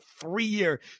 three-year